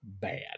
bad